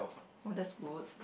oh that's good